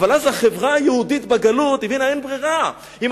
אז החברה היהודית בגלות הבינה שאין ברירה: אם